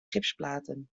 gipsplaten